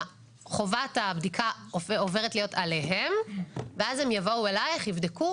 חובת הבדיקה עוברת להיות עליהם ואז הם יבואו אליך ויבדקו.